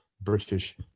british